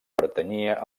pertanyia